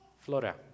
Flora